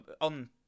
on